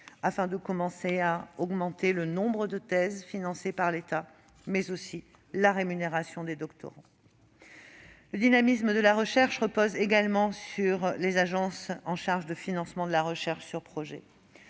effet de commencer à augmenter le nombre de thèses financées par l'État ainsi que la rémunération des doctorants. Le dynamisme de notre recherche repose également sur les agences chargées du financement de la recherche sur projet.